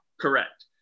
Correct